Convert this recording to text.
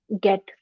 get